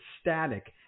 static